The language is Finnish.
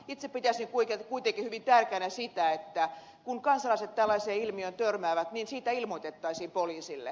itse pitäisin kuitenkin hyvin tärkeänä sitä että kun kansalaiset tällaiseen ilmiöön törmäävät siitä ilmoitettaisiin poliisille